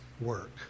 work